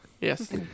Yes